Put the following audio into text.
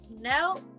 no